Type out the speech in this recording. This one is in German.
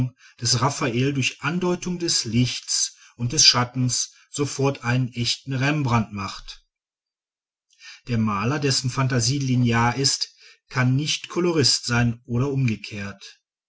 des raffael durch andeutung des lichtes und des schattens sofort einen echten rembrandt macht der maler dessen phantasie linear ist kann nicht kolorist sein oder umgekehrt